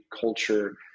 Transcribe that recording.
culture